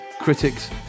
critics